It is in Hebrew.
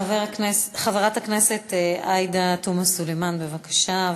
חברת הכנסת עאידה תומא סלימאן, בבקשה.